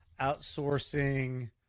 outsourcing